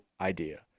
idea